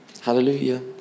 Hallelujah